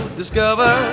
discover